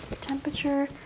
Temperature